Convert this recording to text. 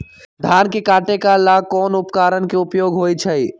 धान के काटे का ला कोंन उपकरण के उपयोग होइ छइ?